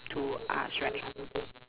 to ask right